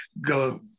go